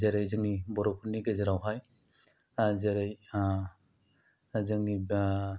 जेरै जोंनि बर'फोरनि गेजेरावहाय जेरै जोंनि दा